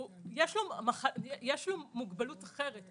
יש לו מוגבלות אחרת,